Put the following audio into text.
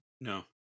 No